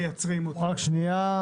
נשמע את קרן שינמן,